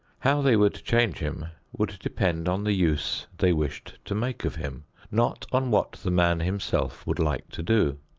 how they would change him would depend on the use they wished to make of him, not on what the man himself would like to do.